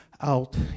out